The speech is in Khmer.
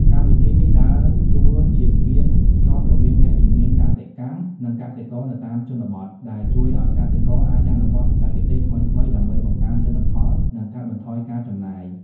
កម្មវិធីនេះដើរតួជាស្ពានភ្ជាប់រវាងអ្នកជំនាញកសិកម្ម និងកសិករនៅតាមជនបទ ដែលជួយឲ្យកសិករអាចអនុវត្តបច្ចេកទេសថ្មីៗដើម្បីបង្កើនទិន្នផល និងកាត់បន្ថយការចំណាយ។